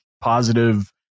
positive